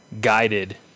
guided